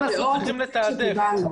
למה צריכים לתעדף?